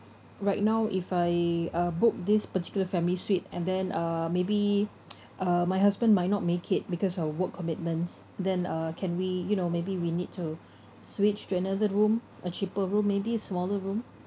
right now if I uh book this particular family suite and then uh maybe uh my husband might not make it because of work commitments then uh can we you know maybe we need to switch to another room a cheaper room maybe smaller room